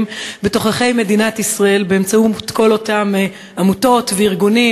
בתוככי מדינת ישראל באמצעות כל אותם עמותות וארגונים,